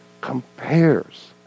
compares